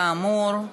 כאמור,